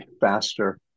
faster